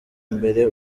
mbere